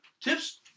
Tips